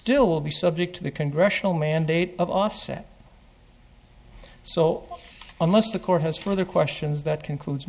still will be subject to the congressional mandate of offset so unless the court has further questions that concludes